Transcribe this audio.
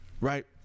right